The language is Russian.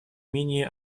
менее